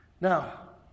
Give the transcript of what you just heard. Now